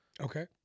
Okay